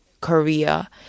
Korea